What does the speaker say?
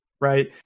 right